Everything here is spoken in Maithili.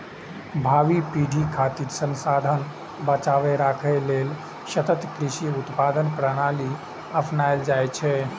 भावी पीढ़ी खातिर संसाधन बचाके राखै लेल सतत कृषि उत्पादन प्रणाली अपनाएल जा रहल छै